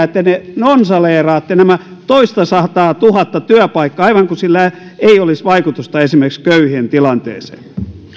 että ne nonsaleeraatte nämä toistasataatuhatta työpaikkaa aivan kuin sillä ei olisi vaikutusta esimerkiksi köyhien tilanteeseen